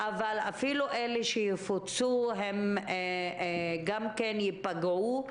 גם אלו שיפוצו יחוו פגיעה,